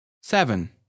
Seven